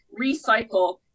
recycle